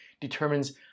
determines